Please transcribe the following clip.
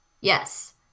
Yes